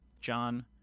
John